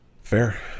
Fair